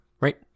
right